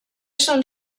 són